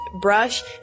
brush